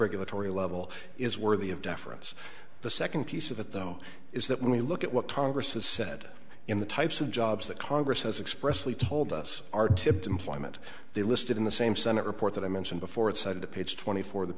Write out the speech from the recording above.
the tory level is worthy of deference the second piece of it though is that when we look at what congress has said in the types of jobs that congress has expressly told us are to employment they are listed in the same senate report that i mentioned before it cited to page twenty four the